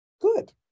good